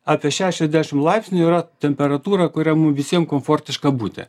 apie šešiadešim laipsnių yra temperatūra kurioj mum visiem komfortiška būti